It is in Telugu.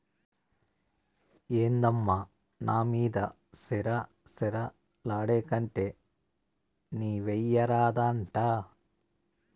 ఏందమ్మా నా మీద సిర సిర లాడేకంటే నీవెయ్యరాదా అంట